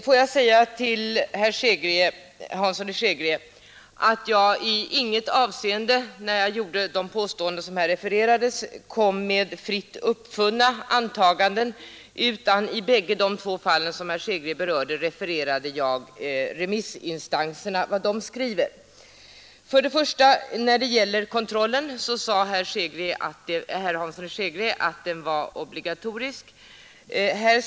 När jag gjorde de påståenden som herr Hansson refererade kom jag inte i något avseende med fritt uppfunna antaganden, utan i båda fallen refererade jag vad remissinstanserna har skrivit. Vad först gäller kontrollen sade herr Hansson att den var obligatorisk.